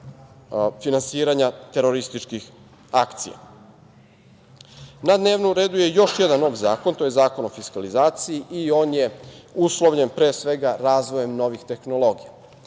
finansiranja terorističkih akcija. Na dnevnom redu je još jedan nov zakon. To je zakon o fiskalizaciji i on je uslovljen pre svega razvojem novih tehnologija.